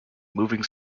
moving